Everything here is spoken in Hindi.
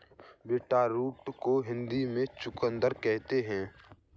बीटरूट को हिंदी में चुकंदर कहते हैं